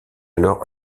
alors